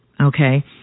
okay